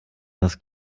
das